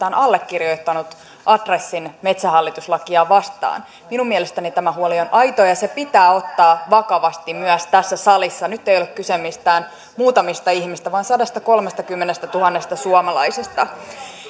on allekirjoittanut adressin metsähallitus lakia vastaan minun mielestäni tämä huoli on aito ja se pitää ottaa vakavasti myös tässä salissa nyt ei ole kyse mistään muutamista ihmisistä vaan sadastakolmestakymmenestätuhannesta suomalaisesta